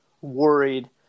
worried